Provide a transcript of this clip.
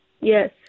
Yes